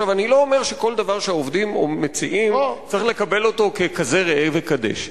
אני לא אומר שכל דבר שהעובדים מציעים צריך לקבל אותו ככזה ראה וקדש.